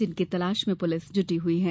जिनकी तलाश मे पुलिस जुटी हुई है